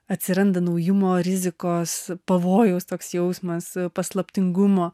atsiranda naujumo rizikos pavojaus toks jausmas paslaptingumo